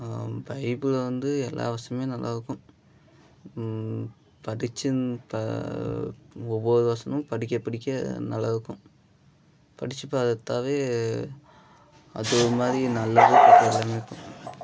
பைபிளில் வந்து எல்லா வசனமுமே நல்லாயிருக்கும் படிச்சுன் ப ஒவ்வொரு வசனமும் படிக்கப் படிக்க நல்லாயிருக்கும் படித்துப் பார்த்தாவே அது ஒரு மாதிரி நல்லதுக் கெட்டது எல்லாமே இருக்கும்